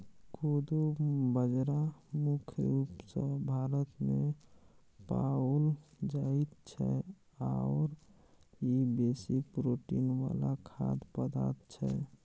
कोदो बाजरा मुख्य रूप सँ भारतमे पाओल जाइत छै आओर ई बेसी प्रोटीन वला खाद्य पदार्थ छै